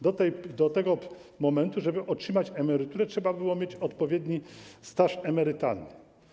Do tego momentu, żeby otrzymać emeryturę, trzeba było mieć odpowiedni staż emerytalny.